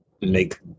make